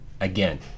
Again